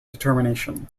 determination